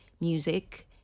music